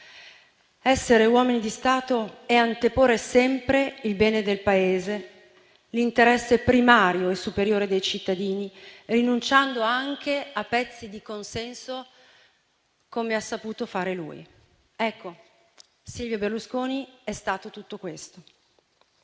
Essere uomini di Stato è anteporre sempre il bene del Paese, l'interesse primario e superiore dei cittadini, rinunciando anche a pezzi di consenso, come ha saputo fare lui. Silvio Berlusconi è stato tutto questo.